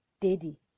daddy